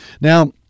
Now